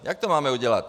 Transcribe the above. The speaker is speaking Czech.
Jak to máme udělat?